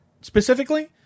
specifically